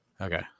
Okay